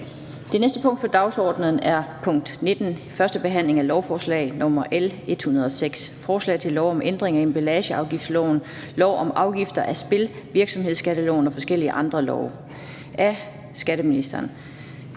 Det næste punkt på dagsordenen er: 19) 1. behandling af lovforslag nr. L 106: Forslag til lov om ændring af emballageafgiftsloven, lov om afgifter af spil, virksomhedsskatteloven og forskellige andre love. (Genindførelse